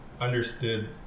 understood